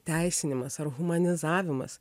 teisinimas ar humanizavimas